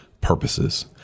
purposes